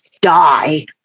die